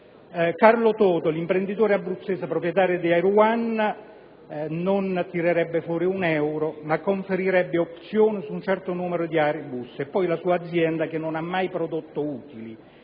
Carlo Toto, l'imprenditore abruzzese proprietario di Air One, non tirerebbe fuori un euro ma conferirebbe opzioni su un certo numero di *airbus* e poi la sua azienda, che non ha mai prodotto utili.